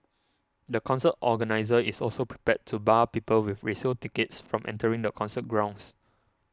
the concert organiser is also prepared to bar people with resale tickets from entering the concert grounds